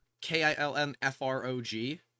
k-i-l-n-f-r-o-g